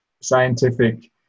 scientific